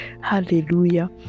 Hallelujah